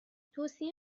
توصیه